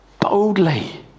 boldly